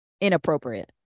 inappropriate